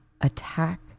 attack